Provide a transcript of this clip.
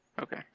Okay